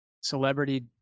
Celebrity